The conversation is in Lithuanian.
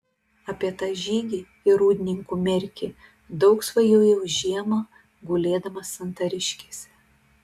apie tą žygį į rūdninkų merkį daug svajojau žiemą gulėdamas santariškėse